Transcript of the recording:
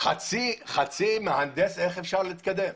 חצי מהנדס איך אפשר להתקדם?